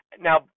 now